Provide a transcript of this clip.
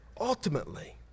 ultimately